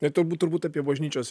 ir turbūt turbūt apie bažnyčios